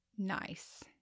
Nice